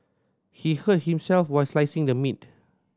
he hurt himself while slicing the meat